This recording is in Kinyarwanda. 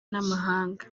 n’amahanga